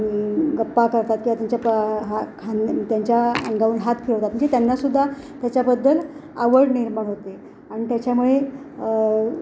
गप्पा करतात किंवा त्यांच्या प हा खान त्यांच्या अंगावरून हात फिरवतात म्हणजे त्यांनासुद्धा त्याच्याबद्दल आवड निर्माण होते आणि त्याच्यामुळे